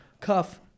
cuff